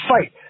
fight